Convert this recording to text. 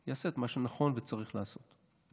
יעשה את מה שנכון וצריך לעשות.